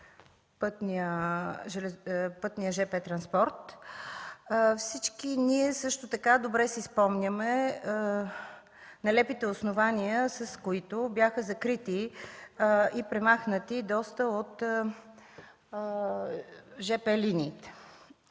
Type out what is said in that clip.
жп транспорта. Всички ние също така добре си спомняме нелепите основания, с които бяха закрити и премахнати доста от жп линиите,